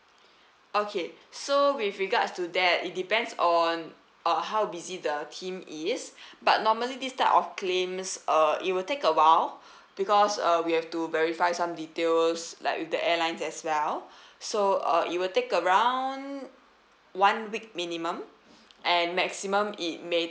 okay so with regards to that it depends on uh how busy the team is but normally this type of claims uh it will take awhile because uh we have to verify some details like with the airlines as well so uh it will take around one week minimum and maximum it may